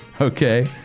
Okay